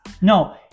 No